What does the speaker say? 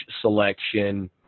selection